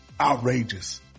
outrageous